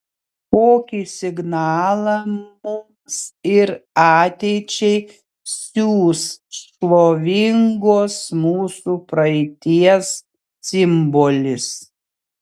kokį signalą mums ir ateičiai siųs šlovingos mūsų praeities simbolis